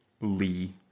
Lee